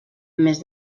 més